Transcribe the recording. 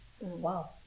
Wow